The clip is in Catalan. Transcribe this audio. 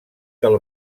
del